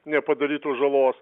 nepadarytų žalos